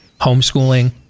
homeschooling